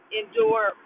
endure